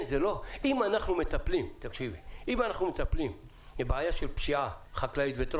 אם אנחנו מטפלים בבעיה של פשיעה חקלאית וטרור